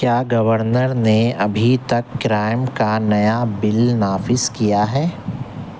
کیا گورنر نے ابھی تک کرائم کا نیا بل نافذ کیا ہے